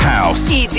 House